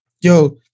yo